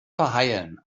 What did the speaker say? verheilen